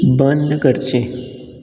बंद करचें